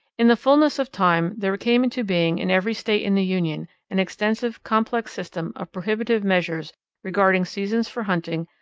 in the fullness of time there came into being in every state in the union an extensive, complex system of prohibitive measures regarding seasons for hunting,